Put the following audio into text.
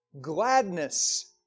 gladness